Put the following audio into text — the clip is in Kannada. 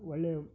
ಒಳ್ಳೆಯ